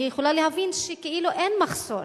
אני יכולה להבין שכאילו אין מחסור